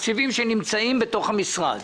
שנמצאים בתוך המשרד.